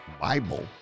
Bible